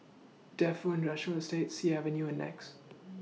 Defu Industrial Estate Sea Avenue and Nex